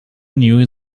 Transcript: knew